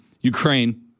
Ukraine